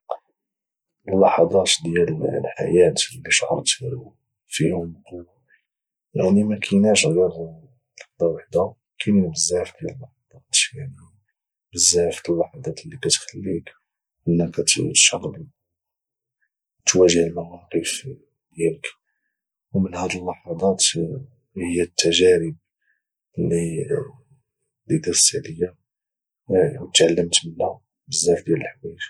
اللحظات ديال الحياة اللي شعرت فيهم بقوة يعني مكيناش غير لحضة واحدة كاينين بزاف ديال اللحظات يعني بزاف د اللحظات اللي كتخليك انك تشعر بالقوة او تواجه المواقف ديالك ومن هاد اللحضات هي التجارب اللي دازت علي وتعلمت بزاف ديال الحوايج